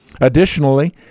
Additionally